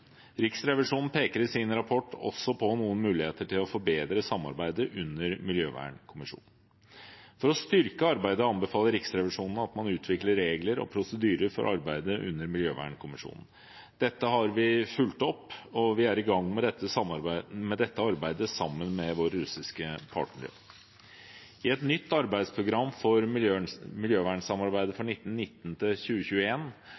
Riksrevisjonen peker i sin rapport også på noen muligheter til å forbedre samarbeidet under miljøvernkommisjonen. For å styrke arbeidet anbefaler Riksrevisjonen at man utvikler regler og prosedyrer for arbeidet under miljøvernkommisjonen. Dette har vi fulgt opp, og vi er i gang med dette arbeidet sammen med våre russiske partnere. Et nytt arbeidsprogram for miljøvernsamarbeidet